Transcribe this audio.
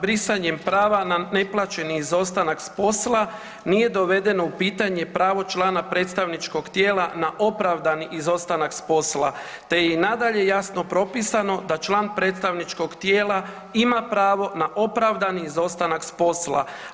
Brisanjem prava na neplaćeni izostanak sa posla nije dovedeno u pitanje pravo člana predstavničkog tijela na opravdani izostanak s posla, te je i nadalje jasno propisano da član predstavničkog tijela ima pravo na opravdani izostanak sa posla.